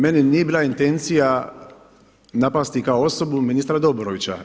Meni nije bila intencija napasti kao osobu ministra Dobrovića.